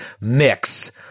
mix